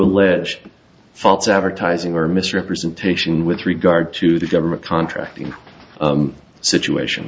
allege false advertising or misrepresentation with regard to the government contracting situation